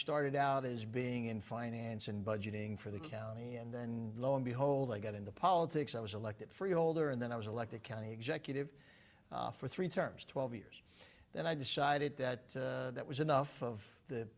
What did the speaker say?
started out as being in finance and budgeting for the county and then lo and behold i got in the politics i was elected freeholder and then i was elected county executive for three terms twelve years then i decided that that was enough of the